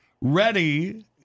Ready